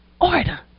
order